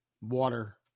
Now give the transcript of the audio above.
Water